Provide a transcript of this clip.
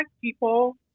people